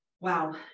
Wow